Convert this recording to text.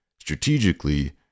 strategically